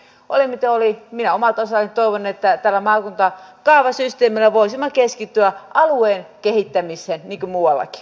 mutta oli miten oli minä omalta osaltani toivon että tällä maakuntakaavasysteemillä voisimme keskittyä alueen kehittämiseen niin kuin muuallakin